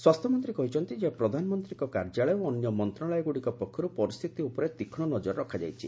ସ୍ୱାସ୍ଥ୍ୟ ମନ୍ତ୍ରୀ କହିଛନ୍ତି ପ୍ରଧାନମନ୍ତ୍ରୀଙ୍କ କାର୍ଯ୍ୟାଳୟ ଓ ଅନ୍ୟ ମନ୍ତ୍ରଣାଳୟଗୁଡ଼ିକ ପକ୍ଷରୁ ପରିସ୍ଥିତି ଉପରେ ତୀକ୍ଷ୍ମ ନଜର ରଖାଯାଇଛି